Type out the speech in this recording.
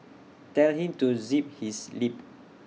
tell him to zip his lip